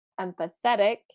empathetic